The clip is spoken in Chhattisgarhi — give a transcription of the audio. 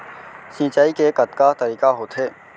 सिंचाई के कतका तरीक़ा होथे?